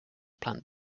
plant